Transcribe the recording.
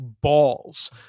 balls